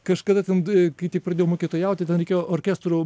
kažkada ten d kai tik pradėjau mokytojauti ten reikėjo orkestro